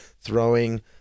throwing